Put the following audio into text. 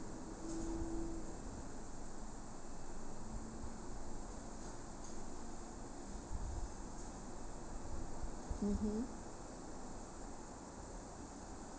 mmhmm